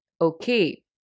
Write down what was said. Okay